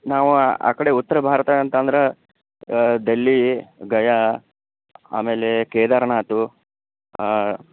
ನಾವು ಆ ಕಡೆ ಉತ್ತರ ಭಾರತ ಅಂತಂದರೆ ಡೆಲ್ಲಿ ಗಯಾ ಆಮೇಲೆ ಕೇದಾರನಾಥ